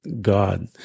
God